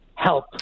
help